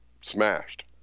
smashed